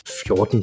14